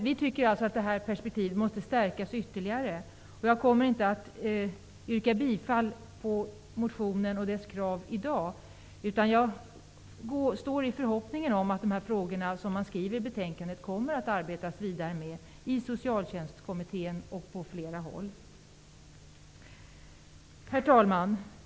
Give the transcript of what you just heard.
Vi tycker alltså att det här perspektivet måste stärkas ytterligare. Jag kommer inte att yrka bifall till motionen och dess krav i dag, utan jag har förhoppningen att man, som man skriver i betänkandet, kommer att arbeta vidare med de här frågorna i Socialtjänstkommittén och på flera håll. Herr talman!